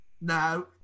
No